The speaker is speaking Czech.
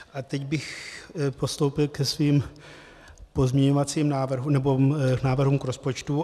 A teď bych postoupil ke svým pozměňovacím návrhům, nebo návrhům k rozpočtu.